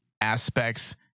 aspects